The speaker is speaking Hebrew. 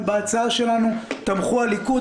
גם בהצעה שלנו תמכו הליכוד.